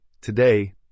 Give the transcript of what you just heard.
Today